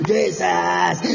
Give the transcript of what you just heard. Jesus